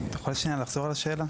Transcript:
אתה יכול לחזור על השאלה?